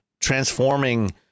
transforming